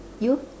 you